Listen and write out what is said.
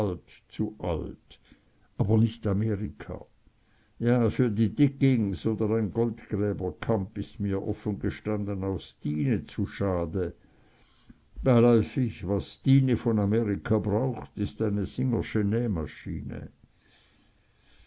zu alt aber nicht amerika ja für die diggings oder ein goldgräbercamp ist mir offen gestanden auch stine zu schade beiläufig was stine von amerika braucht ist eine singersche nähmaschine